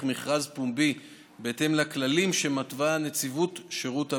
מכרז פומבי בהתאם לכללים שמתווה נציבות שירות המדינה.